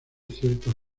ciertas